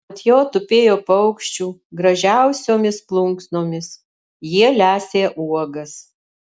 ant jo tupėjo paukščių gražiausiomis plunksnomis jie lesė uogas